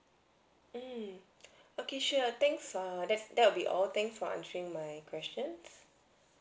mm okay sure thanks err that's that will be all thanks for answering my questions